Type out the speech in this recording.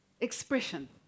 expression